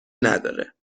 نداره